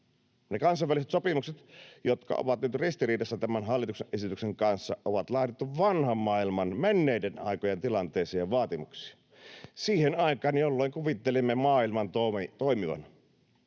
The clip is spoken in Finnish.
kansainväliset sopimukset, jotka ovat nyt ristiriidassa tämän hallituksen esityksen kanssa, on laadittu vanhan maailman, menneiden aikojen tilanteeseen ja vaatimuksiin, siihen aikaan, jolloin kuvittelimme maailman toimivan.